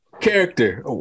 Character